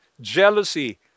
jealousy